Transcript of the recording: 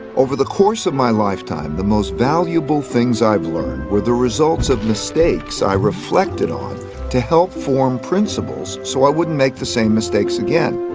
over the course of my lifetime, the most valuable things i've learned were the results of mistakes i reflected on to help form principles so i wouldn't make the same mistakes again.